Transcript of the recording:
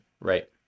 right